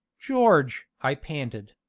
george! i panted.